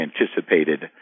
anticipated